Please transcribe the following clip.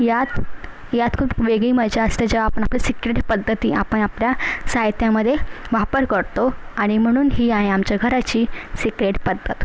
यात यात खूप वेगळी मजा असते जेव्हा आपण आपलं सीक्रेट पद्धती आपण आपल्या साहित्यामध्ये वापर करतो आणि म्हणून ही आहे आमच्या घराची सीक्रेट पद्धत